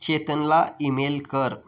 चेतनला email कर